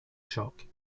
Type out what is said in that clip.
shock